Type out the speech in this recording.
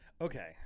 Okay